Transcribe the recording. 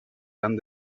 tan